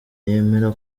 yemera